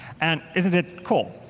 and isn't it cool?